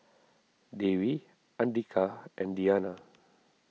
Dewi andika and Diyana